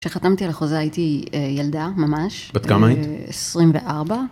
כשחתמתי על החוזה הייתי ילדה ממש, בת כמה היית? 24.